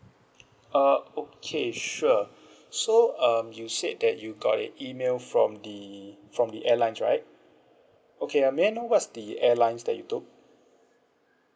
uh okay sure so um you said that you got a email from the from the airlines right okay uh may I know what's the airlines that you took